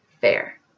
fair